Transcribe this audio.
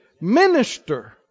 Minister